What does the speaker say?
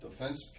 defense